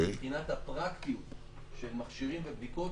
מבחינת הפרקטיות של מכשירים ובדיקות,